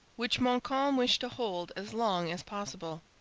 which montcalm wished to hold as long as possible.